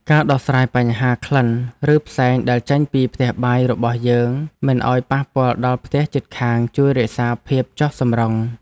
ការដោះស្រាយបញ្ហាក្លិនឬផ្សែងដែលចេញពីផ្ទះបាយរបស់យើងមិនឱ្យប៉ះពាល់ដល់ផ្ទះជិតខាងជួយរក្សាភាពចុះសម្រុង។